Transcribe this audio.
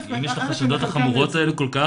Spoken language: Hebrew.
אם יש את החשדות החמורות האלה כל כך,